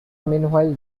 meanwhile